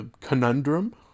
conundrum